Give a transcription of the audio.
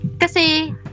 kasi